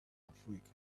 africa